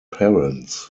parents